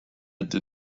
did